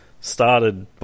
started